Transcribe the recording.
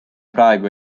praegu